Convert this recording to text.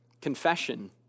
confession